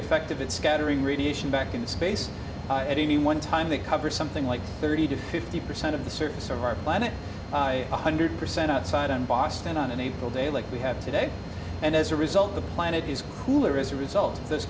effective at scattering radiation back into space at any one time they cover something like thirty to fifty percent of the surface of our planet one hundred percent outside on boston on an april day like we have today and as a result the planet is cooler as a result th